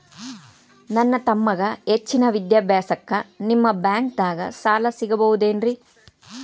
ನನ್ನ ತಮ್ಮಗ ಹೆಚ್ಚಿನ ವಿದ್ಯಾಭ್ಯಾಸಕ್ಕ ನಿಮ್ಮ ಬ್ಯಾಂಕ್ ದಾಗ ಸಾಲ ಸಿಗಬಹುದೇನ್ರಿ?